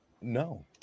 No